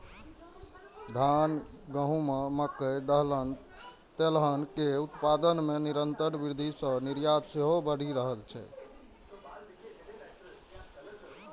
धान, गहूम, मकइ, दलहन, तेलहन के उत्पादन मे निरंतर वृद्धि सं निर्यात सेहो बढ़ि रहल छै